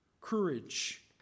courage